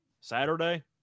Saturday